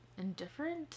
indifferent